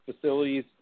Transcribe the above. facilities